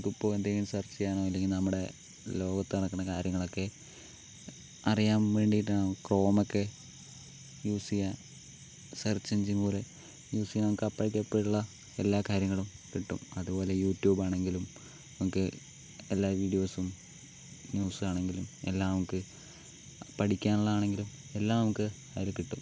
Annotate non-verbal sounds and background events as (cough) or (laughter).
നമ്മക്കിപ്പോൾ എന്തെങ്കിലും സെർച്ച് ചെയ്യാനോ അല്ലെങ്കിൽ നമ്മുടെ ലോകത്ത് നടക്കുന്ന കാര്യങ്ങളൊക്കെ അറിയാൻ വേണ്ടിയിട്ടാണ് ക്രോമൊക്കെ യൂസ് ചെയ്യുക സെർച്ച് എഞ്ചിൻ പോലെ യൂസ് ചെയ്യാം നമ്മൾക്ക് (unintelligible) ഉള്ള എല്ലാ കാര്യങ്ങളും കിട്ടും അതുപോലെ യുറ്റൂബാണെങ്കിലും നമുക്ക് എല്ലാ വീഡിയോസും ന്യുസാണെങ്കിലും എല്ലാം നമുക്ക് പഠിക്കാനുള്ളതാണെങ്കിലും എല്ലാം നമുക്ക് അതിൽ കിട്ടും